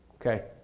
Okay